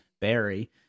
barry